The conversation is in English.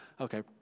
Okay